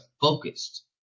focused